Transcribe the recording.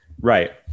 Right